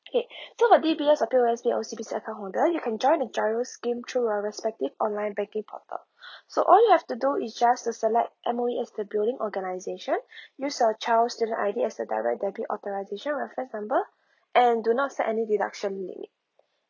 okay so for D_B_S or P_O_S_B O_C_B_C account holder you can join the GIRO scheme though our respective online banking portal so all you have to do is just to select M_O_E as the billing organization use your child student I_D as a direct debit authorization reference number and do not set any deduction limit